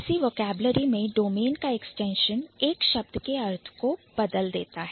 किसी Vocabulary vocabulary में domain का extension एक्सटेंशन एक शब्द के अर्थ को बदल देता है